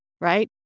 right